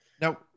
Now